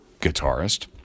guitarist